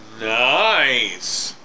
Nice